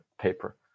paper